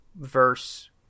verse